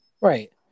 Right